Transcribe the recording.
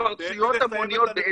בהתפרצויות המוניות.